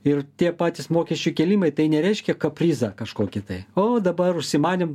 ir tie patys mokesčių kėlimai tai nereiškia kaprizą kažkokį tai o dabar užsimanėm